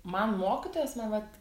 man mokytojas na vat